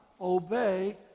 obey